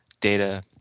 data